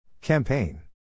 Campaign